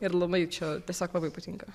ir labai čia tiesiog labai patinka